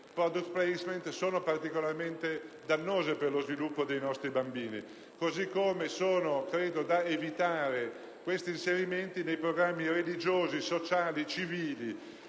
*product placement* sono particolarmente dannose per lo sviluppo dei nostri bambini. Così come sono credo da evitare gli inserimenti nei programmi religiosi, sociali, civili.